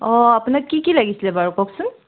অঁ আপোনাক কি কি লাগিছিলে বাৰু কওকচোন